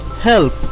Help